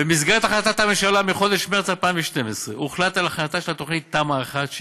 במסגרת החלטת הממשלה מחודש מרס 2012 הוחלט על הכנת תמ"א 1,